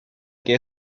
que